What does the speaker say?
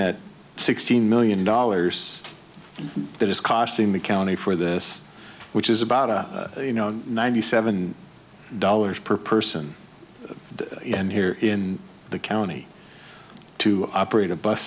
at sixteen million dollars that is costing the county for this which is about you know ninety seven dollars per person in here in the county to operate a bus